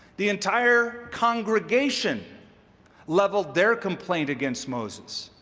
the entire congregation leveled their complaint against moses.